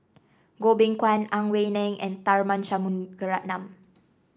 Goh Beng Kwan Ang Wei Neng and Tharman Shanmugaratnam